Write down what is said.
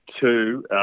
two